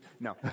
No